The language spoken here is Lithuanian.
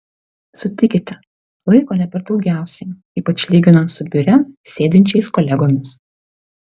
sutikite laiko ne per daugiausiai ypač lyginant su biure sėdinčiais kolegomis